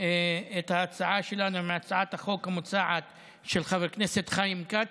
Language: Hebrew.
את ההצעה שלנו עם הצעת החוק המוצעת של חבר הכנסת חיים כץ,